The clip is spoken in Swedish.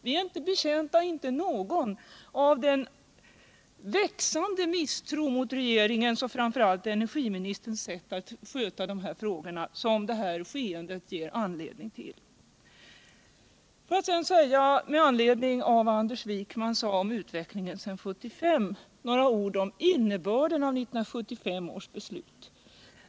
Ni är inte betjänta, och det är inte någon, av den växande misstron mot regeringens och framför allt energiministerns sätt att sköta de här frågorna som det här skeendet ger anledning till. Med anledning av vad Anders Wijkman sade om utvecklingen sedan 1975 ber jag att få säga några ord om innebörden av 1975 års beslut.